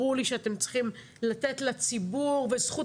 ברור לי שאתם צריכים לתת לציבור וזכות